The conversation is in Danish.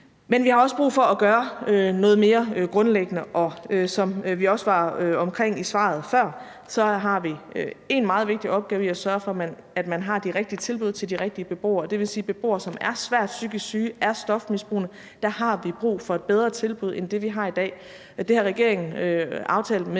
Men vi har også brug for at gøre noget mere grundlæggende, og som vi også var omkring i spørgsmålet og svaret før, har vi en meget vigtig opgave i at sørge for, at man har de rigtige tilbud til de rigtige beboere. Det vil sige, at til beboere, som er svært psykisk syge og stofmisbrugende, har vi brug for et bedre tilbud end det, vi har i dag, og regeringen har aftalt med